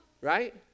Right